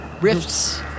rifts